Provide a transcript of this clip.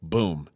Boom